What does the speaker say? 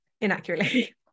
inaccurately